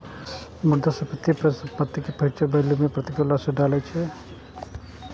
मुद्रास्फीति परिसंपत्ति के फ्यूचर वैल्यू पर प्रतिकूल असर डालै छै